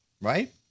Right